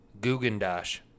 Gugendash